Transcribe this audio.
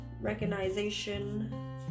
recognition